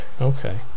Okay